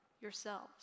yourselves